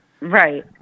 Right